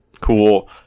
cool